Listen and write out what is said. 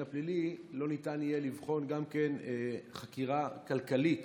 הפלילי לא ניתן יהיה לבחון גם חקירה כלכלית